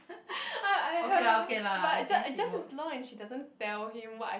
I I have but ju~ just as long and she doesn't tell him what I